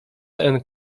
and